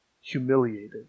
humiliated